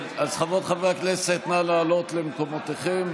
חברות וחברי הכנסת, נא לעלות למקומותיכם.